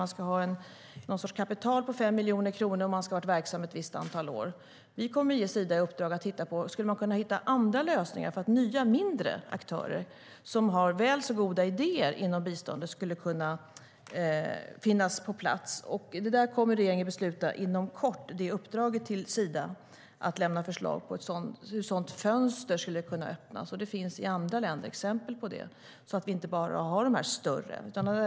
Man ska ha någon sorts kapital på 5 miljoner kronor, och man ska ha varit verksam i ett visst antal år. Vi kommer att ge Sida i uppdrag att titta på om man kan ha andra lösningar för att nya och mindre aktörer, som har väl så goda idéer inom biståndet, ska kunna finnas på plats. Regeringen kommer inom kort att besluta om det uppdraget till Sida. Det handlar om att lämna förslag på hur ett sådant fönster skulle kunna öppnas - det finns exempel på det i andra länder - så att vi inte bara har de större organisationerna.